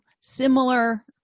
similar